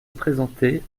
présenter